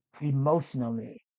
emotionally